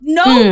no